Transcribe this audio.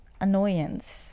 annoyance